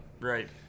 Right